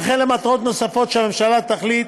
וכן למטרות נוספות שהממשלה תחליט